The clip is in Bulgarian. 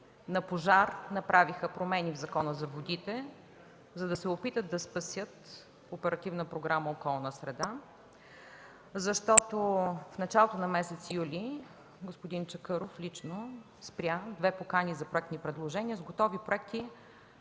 на пожар направиха промени в Закона за водите, за да опитат да спасят Оперативна програма „Околна среда“, защото в началото на месец юли господин Чакъров лично спря две покани за проектни предложения с готови проекти,